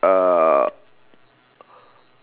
uh